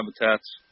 habitats